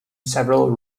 several